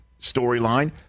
storyline